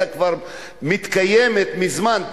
היתה כבר מתקיימת מזמן,